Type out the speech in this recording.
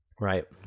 Right